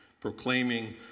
proclaiming